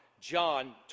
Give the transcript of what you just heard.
John